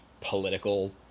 political